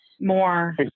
More